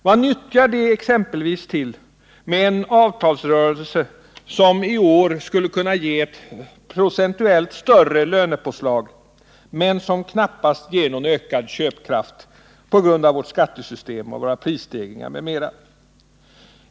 Vad nyttar det exempelvis med en avtalsrörelse som i år skulle kunna ge ett procentuellt större lönepåslag men som knappast ger någon ökad köpkraft på grund av vårt skattesystem och våra prisstegringar m.m.?